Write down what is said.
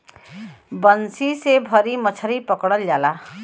बंसी से भी मछरी पकड़ल जाला